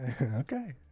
Okay